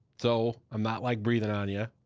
so i'm not like breathing on yeah